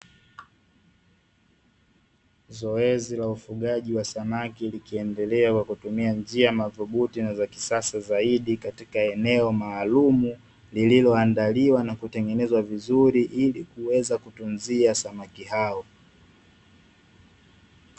Zoezi la ufugaji wa samaki likiendelea kwa kutumia njia mathubuti na za kisasa zaidi katika eneo maalumu, lililoandaliwa na kutengenezwa vizuri ili kuweza kutunzia samaki hao.